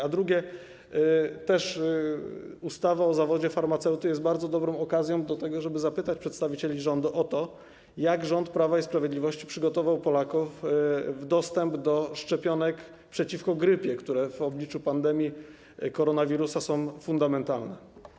A drugie - ustawa o zawodzie farmaceuty jest bardzo dobrą okazją do tego, żeby zapytać przedstawicieli rządu o to, jak rząd Prawa i Sprawiedliwości przygotował Polaków, jeżeli chodzi o dostęp do szczepionek przeciwko grypie, które w obliczu pandemii koronawirusa są fundamentalne.